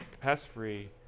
pest-free